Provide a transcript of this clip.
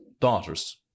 daughters